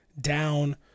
down